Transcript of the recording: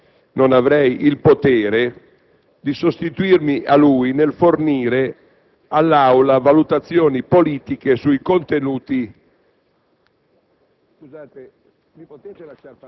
(e, soprattutto, anche se l'avessi, non avrei il potere) di sostituirmi a lui nel fornire all'Aula valutazioni politiche sui contenuti del